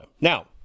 now